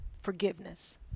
forgiveness